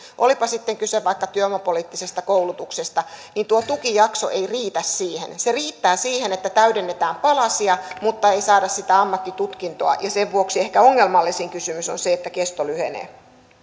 olipa sitten kyse vaikka työvoimapoliittisesta koulutusta niin tuo tukijakso ei riitä siihen se riittää siihen että täydennetään palasia mutta ei saada sitä ammattitutkintoa ja sen vuoksi ehkä ongelmallisin kysymys on se että kesto lyhenee